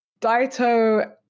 daito